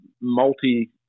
multi